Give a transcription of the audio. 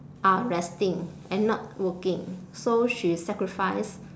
are resting and not working so she sacrifice